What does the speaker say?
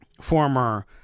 former